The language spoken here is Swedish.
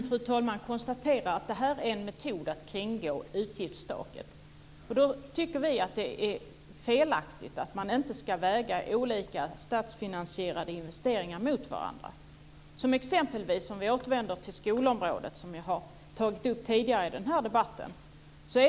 Fru talman! Man konstaterar att det är en metod att kringgå utgiftstaket. Vi tycker att det är felaktigt att man inte ska väga olika statsfinansierade investeringar mot varandra. Vi kan exempelvis återvända till skolområdet, som jag har tagit upp tidigare i debatten.